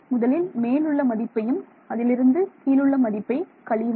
முதலில் மேல் உள்ள மதிப்பையும் அதிலிருந்து கீழுள்ள மதிப்பை கழியுங்கள்